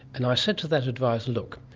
and i said to that adviser, look,